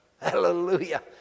Hallelujah